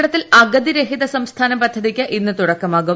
കേരളത്തിൽ അഗതിരഹിത സംസ്ഥാനം പദ്ധതിക്ക് ഇന്ന് തുടക്കമാകും